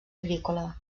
agrícola